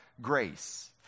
grace